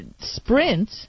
Sprint